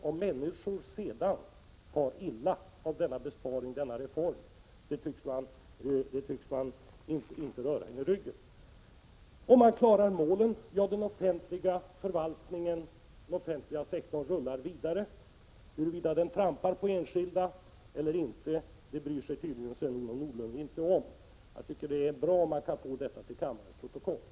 Om människor sedan far illa av denna besparing, denna reform, tycks inte röra dem i ryggen. Man klarar målen och den offentliga förvaltningen, den offentliga sektorn, rullar vidare. Huruvida den trampar på enskilda eller inte bryr sig Sven-Olof Nordlund tydligen inte om. Jag tycker att det är bra om man kan få in detta i kammarens protokoll.